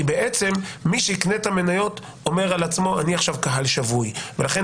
בעצם מי שיקנה את המניות אומר על עצמו שהוא עכשיו קהל שבוי ולכן